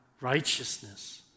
righteousness